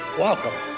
welcome